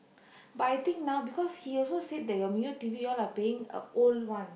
but I think now because he also said that your Mio T_V your all are paying uh old one